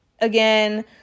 again